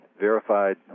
verified